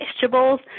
vegetables